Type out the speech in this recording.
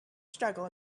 struggle